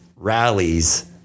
rallies